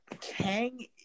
Kang